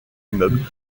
immeubles